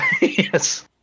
Yes